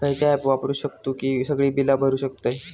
खयचा ऍप वापरू शकतू ही सगळी बीला भरु शकतय?